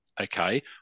Okay